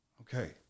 Okay